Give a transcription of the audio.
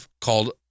called